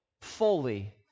fully